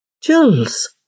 Jules